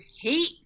hate